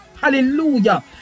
hallelujah